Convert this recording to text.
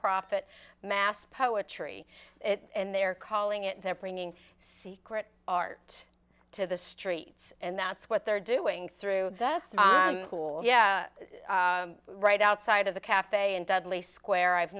profit mass poetry and they're calling it they're bringing secret art to the streets and that's what they're doing through that's cool yeah right outside of the cafe and dudley square i've